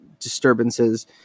Disturbances